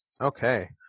okay